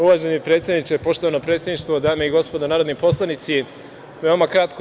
Uvaženi predsedniče, poštovano predsedništvo, dame i gospodo narodni poslanici, veoma kratko.